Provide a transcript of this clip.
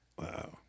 Wow